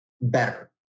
better